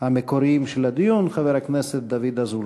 המקוריים של הדיון, חבר הכנסת דוד אזולאי.